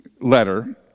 letter